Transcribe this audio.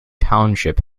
township